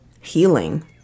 Healing